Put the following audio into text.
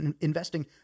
investing